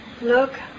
Look